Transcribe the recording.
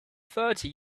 thirty